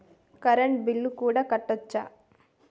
Current bill కూడా కట్టొచ్చా?